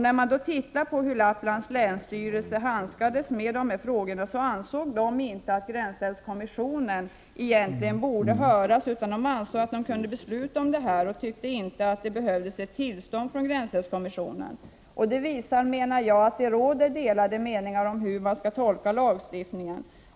När länsstyrelsen i Norrbottens län handskades med dessa frågor ansåg den inte att gränsälvskommissionen egentligen borde höras. Länsstyrelsen tyckte att den kunde besluta om detta utan tillstånd från gränsälvskommissionen. Detta visar, menar jag, att det råder delade meningar om hur man skall tolka lagstiftningen.